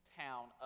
town